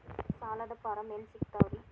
ಸಾಲದ ಫಾರಂ ಎಲ್ಲಿ ಸಿಕ್ತಾವ್ರಿ?